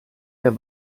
der